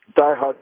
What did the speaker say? diehard